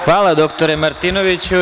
Hvala dr Martinoviću.